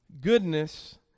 goodness